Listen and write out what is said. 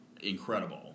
incredible